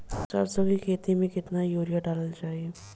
सरसों के खेती में केतना यूरिया डालल जाई?